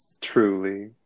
Truly